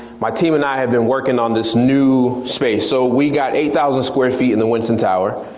my team and i have been working on this new space. so we've got eight thousand square feet in the winston tower.